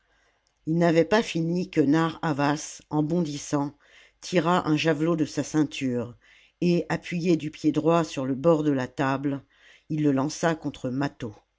ii n'avait pas fini que narr'havas en bondissant tira un javelot de sa ceinture et appuyé du pied droit sur le bord de la table il le lança contre mâtho